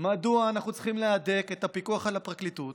מדוע אנחנו צריכים להדק את הפיקוח על הפרקליטות.